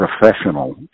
professional